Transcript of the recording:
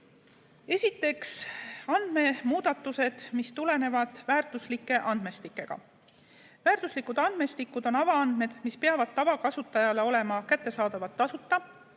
Esiteks, andmemuudatused, mis on seotud väärtuslike andmestikega. Väärtuslikud andmestikud on avaandmed, mis peavad tavakasutajale olema kättesaadavad tasuta,